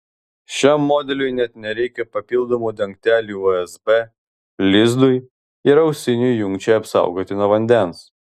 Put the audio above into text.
šiam modeliui net nereikia papildomų dangtelių usb lizdui ir ausinių jungčiai apsaugoti nuo vandens